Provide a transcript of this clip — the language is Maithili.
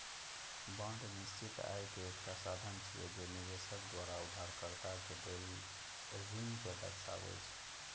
बांड निश्चित आय के एकटा साधन छियै, जे निवेशक द्वारा उधारकर्ता कें देल ऋण कें दर्शाबै छै